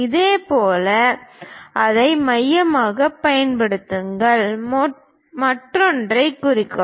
இதேபோல் அதை மையமாகப் பயன்படுத்துங்கள் மற்றொன்றைக் குறிக்கவும்